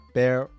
Bear